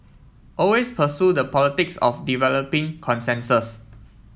always pursue the politics of developing consensus